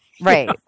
Right